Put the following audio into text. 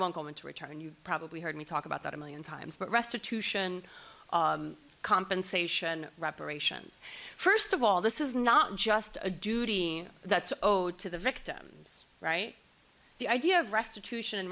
coleman to return you've probably heard me talk about that a million times but restitution compensation reparations first of all this is not just a duty that's to the victims right the idea of restitution